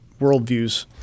worldviews